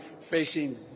facing